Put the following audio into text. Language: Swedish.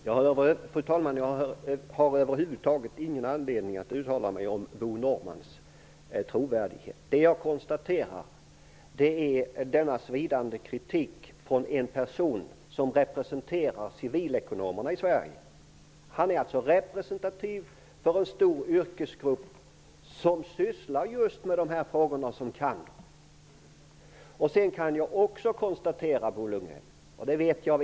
Fru talman! Jag har över huvud taget ingen anledning att uttala mig om Bo Norrmans trovärdighet. Det jag konstaterade var denna svidande kritik från en person som representerar civilekonomerna i Sverige. Det är en person som alltså är representaiv för en stor yrkesgrupp som sysslar just med dessa frågor och kan dem.